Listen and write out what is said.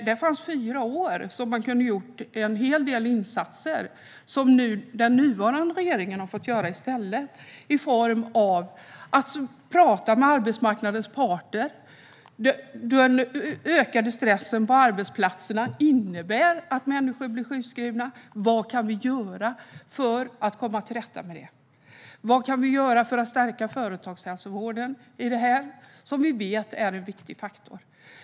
Det var fyra år då man kunde ha gjort en hel del insatser som den nuvarande regeringen har fått göra i stället. Det har handlat om att tala med arbetsmarknadens parter. Den ökade stressen på arbetsplatserna innebär att människor blir sjukskrivna. Vad kan vi göra för att komma till rätta med det? Vad kan vi göra för att stärka företagshälsovården i detta? Vi vet att den är en viktig faktor.